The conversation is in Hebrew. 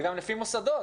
וגם לפי מוסדות,